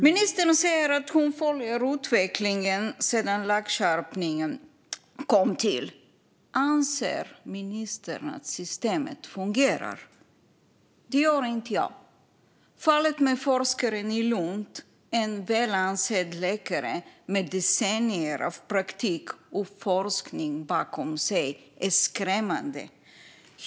Ministern säger att hon följer utvecklingen sedan lagskärpningen kom till. Anser ministern att systemet fungerar? Det gör inte jag. Fallet med forskaren i Lund, en välansedd läkare med decennier av praktik och forskning bakom sig, är skrämmande.